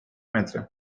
metre